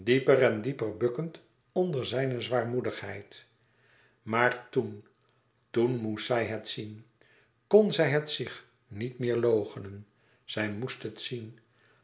bukkend onder zijne zwaarmoedigheid maar toen toen moest zij het zien kon zij het zich niet meer loochenen zij moest het zien